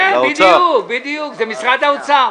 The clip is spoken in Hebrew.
היא למשרד אוצר.